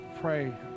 pray